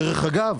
דרך אגב,